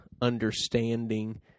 understanding